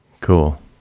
Cool